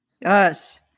Yes